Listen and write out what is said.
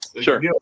Sure